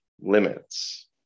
limits